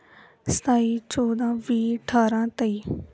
ਸਤਾਈ ਚੌਦਾਂ ਵੀਹ ਅਠਾਰਾਂ ਤੇਈ